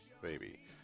baby